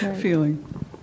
feeling